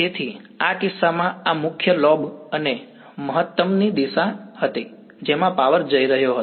તેથી આ કિસ્સામાં આ મુખ્ય લોબ અને મહત્તમ દિશા હતી જેમાં પાવર જઈ રહ્યો હતો